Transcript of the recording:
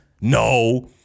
No